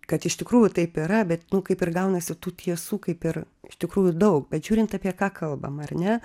kad iš tikrųjų taip yra bet nu kaip ir gaunasi tų tiesų kaip ir iš tikrųjų daug bet žiūrint apie ką kalbam ar ne